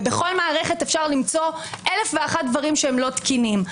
ובכל מערכת אפשר למצוא אלף דברים שלא תקינים.